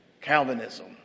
Calvinism